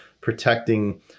protecting